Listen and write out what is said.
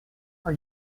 are